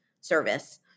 service